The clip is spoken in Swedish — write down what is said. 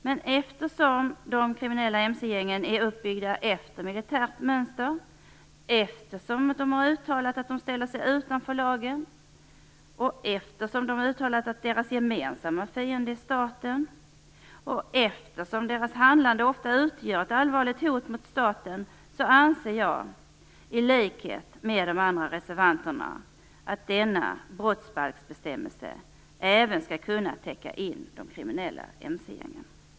Men eftersom de kriminella mc-gängen är uppbyggda efter militärt mönster, eftersom de har uttalat att de ställer sig utanför lagen, eftersom de har uttalat att deras gemensamma fiende är staten och eftersom deras handlande ofta utgör ett allvarligt hot mot staten anser jag i likhet med de andra reservanterna att denna brottsbalksbestämmelse även skall kunna täcka in de kriminella mc-gängen.